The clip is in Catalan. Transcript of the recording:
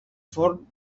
forn